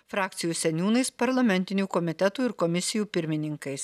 frakcijų seniūnais parlamentinių komitetų ir komisijų pirmininkais